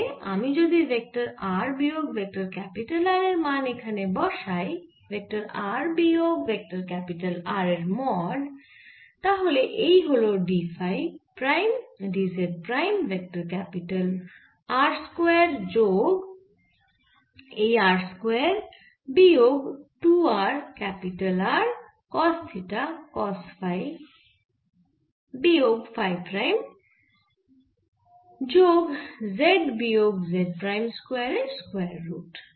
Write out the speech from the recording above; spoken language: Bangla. তাহলে আমি যদি ভেক্টর r বিয়োগ ভেক্টর ক্যাপিটাল R এর মান এখানে বসাই ভেক্টর r বিয়োগ ভেক্টর ক্যাপিটাল R এর মড তাহলে এই হল d phi prime d z prime vector R square যোগ এই r স্কয়ার বিয়োগ 2 r capital R cos theta cos phi বিয়োগ ফাই প্রাইম যোগ z বিয়োগ z প্রাইম স্কয়ার এর স্কয়ার রুট